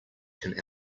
can